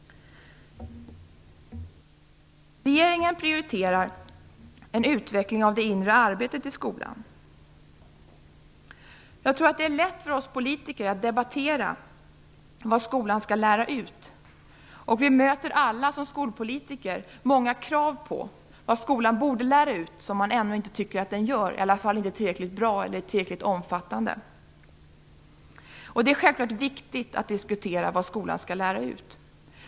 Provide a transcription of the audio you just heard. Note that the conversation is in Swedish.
Regeringen prioriterar en utveckling av det inre arbetet i skolan. Jag tror att det är lätt för oss politiker att debattera vad skolan skall lära ut. Vi möter alla som skolpolitiker många krav på vad skolan borde lära ut som man inte tycker att den gör, i alla fall inte tillräckligt bra eller tillräckligt omfattande. Det är självklart viktigt att diskutera vad skolan skall lära ut.